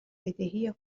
بدهی